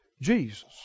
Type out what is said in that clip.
Jesus